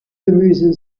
gemüse